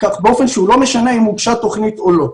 כך באופן שהוא לא משנה אם הוגשה תוכנית או לא.